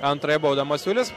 antrąją baudą masiulis